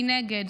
מנגד.